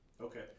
Okay